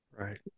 right